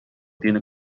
tiene